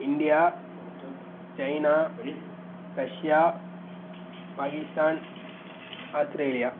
India China Russia Pakistan Australia